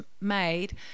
made